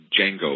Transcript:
django